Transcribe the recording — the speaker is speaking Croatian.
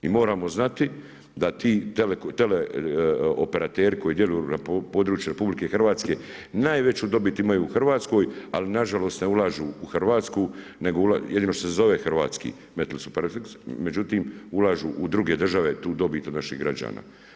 I moramo znati da ti teleoperateri koji djeluju na području RH, najveću dobit imaju u Hrvatskoj, ali nažalost ne ulažu u Hrvatsku, jedino što se zove hrvatski … Međutim, ulažu u druge države, tu dobit od naših građana.